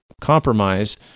compromise